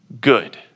good